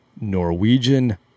Norwegian